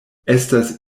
estas